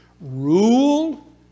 rule